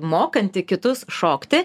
mokanti kitus šokti